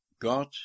God